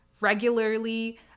regularly